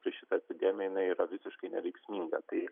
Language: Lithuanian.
prieš šitą epidemiją jinai yra visiškai neveiksminga tai